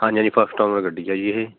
ਹਾਂਜੀ ਹਾਂਜੀ first owner ਗੱਡੀ ਇਹ